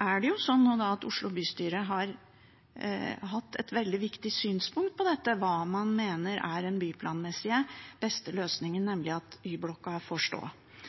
har Oslo bystyre hatt et veldig viktig synspunkt på dette – hva man mener er den byplanmessig beste løsningen, nemlig at